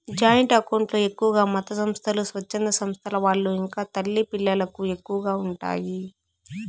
joint account లో ఎక్కువగా మతసంస్థలు, స్వచ్ఛంద సంస్థల వాళ్ళు ఇంకా తల్లి పిల్లలకు ఎక్కువగా ఉంటాయి